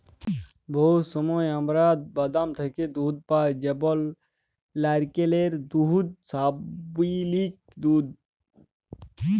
বহুত সময় আমরা বাদাম থ্যাকে দুহুদ পাই যেমল লাইরকেলের দুহুদ, সয়ামিলিক